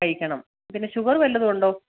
കഴിക്കണം പിന്നെ ഷുഗർ വല്ലതുമുണ്ടോ